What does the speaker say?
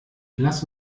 lass